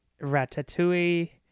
ratatouille